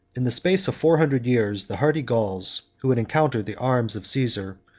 in the space of four hundred years, the hardy gauls, who had encountered the arms of caesar,